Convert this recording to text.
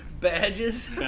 Badges